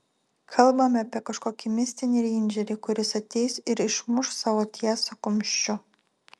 kalbame apie kažkokį mistinį reindžerį kuris ateis ir išmuš savo tiesą kumščiu